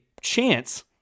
chance